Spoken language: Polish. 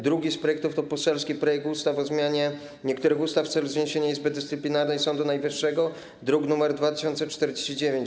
Drugi projekt to poselski projekt ustawy o zmianie niektórych ustaw w celu zniesienia Izby Dyscyplinarnej Sądu Najwyższego, druk nr 2049.